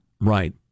Right